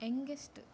youngest